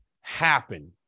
happen